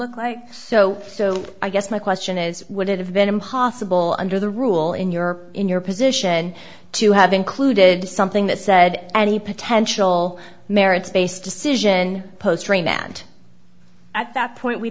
look like so so i guess my question is would it have been impossible under the rule in your in your position to have included something that said any potential merits based decision post raymond at that point we